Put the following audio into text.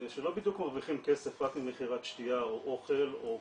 שלא בדיוק מרוויחים כסף רק ממכירת שתיה או אוכל או כרטיס,